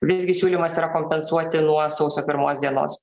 visgi siūlymas yra kompensuoti nuo sausio pirmos dienos